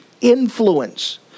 influence